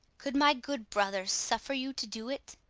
could my good brother suffer you to do it?